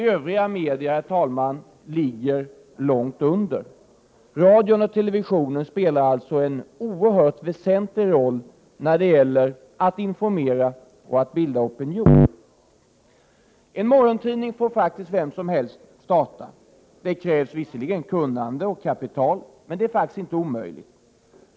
Övriga medier ligger långt efter. Radion och televisionen spelar alltså en oerhört väsentlig roll när det gäller att informera och att bilda opinion. En morgontidning får vem som helst starta. Det krävs visserligen kunnande och kapital, men det är inte omöjligt.